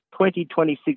2026